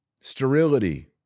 sterility